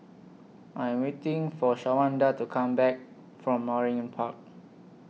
I Am waiting For Shawanda to Come Back from Waringin Park